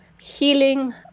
healing